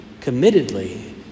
committedly